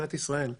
מדינת ישראל.